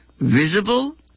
visible